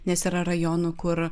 nes yra rajonų kur